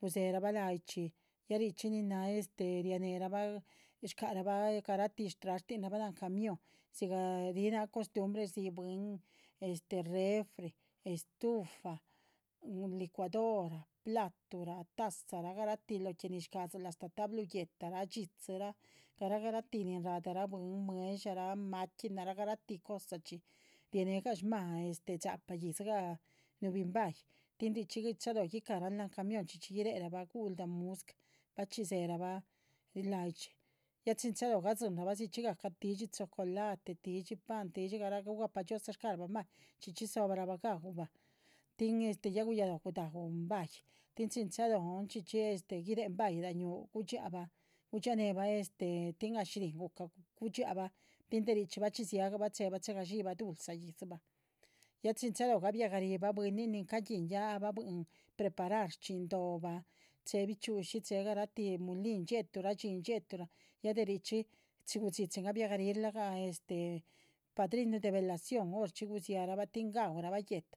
gudzéherabah láha yih chxí ya richxí nin náha este rianéhe rabah. shcáhara bah garatih shtrashtinra bah láhan camión dzigah ríhi náha costumbre rdzíhi bwín este refri, estufa, licuadora platuhra tazarah garatih lo que nin. shcáhadziluh astáh tablu guéhtaraa, dxídziraa, garah garah tin nin radah rah bwín mueh´dsharaa, maquinaraa garah garah tih cosachxí, rianéhegah shmáha dxápah yíhdzigah. núhubi nbayih tin richxí chalóho guicahrah lahan camión chxí chxí guiréherabah guhulda muscah, bachxí dzéherabah láha yih chxí ya chin chalóho gadzínra bah rigahcah. tídxi chocolate, tídxi pan, tídxi garah gugapah dhxiózaa, shcáhara bah mbahyih chxí chxí dzóhobarabah gaúbah, tin este ya guyalóh gudaúh mbahyi tin chin chalóhon. chxí chxí este guiréhe mbahyi gu gudxiábah gudxiánehebah este, tin ah shihrín gucah gudxiáhabah tin de richxí bachxí dziábah chéhebah chegadxíbah dulza yíhdzibah. ya chin chalóho gabiah garih bwínin nin caguíhin ya ahbah buhin preparar dhxín dóhbah, chéhe bichxi´ushi chéhe garatih mulin, dxiéhetu raa dxín, dxiéheturah. ya de richxí chi gudxí chin gabia gahrihr lac gah este padrinuh de velación horchxi gudzia rabah tin gaúh rabah guéhta.